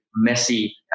messy